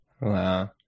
Wow